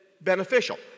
beneficial